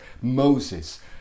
Moses